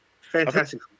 Fantastic